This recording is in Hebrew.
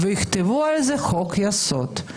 יכתבו על זה חוק יסוד.